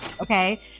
okay